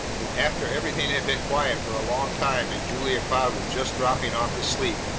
and after everything had been quiet for a long time and julia cloud was just dropping off to sleep,